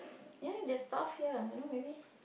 ya the staff here you know maybe